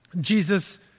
Jesus